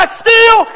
steal